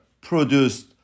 produced